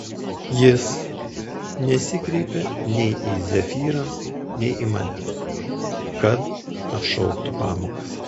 jis nesikreipė nei į zefyrą nei į mane kad atšauktų pamokas